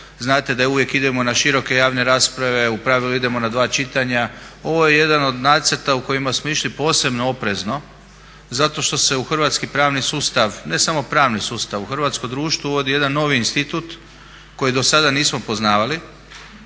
znate da uvijek idemo na široke javne rasprave, u pravilu idemo na dva čitanja. Ovo je jedan od nacrta u kojima smo išli posebno oprezno zato što se u hrvatski pravni sustav, ne samo pravni sustav, u hrvatsko društvo uvodi jedan novi institut koji dosada nismo poznavali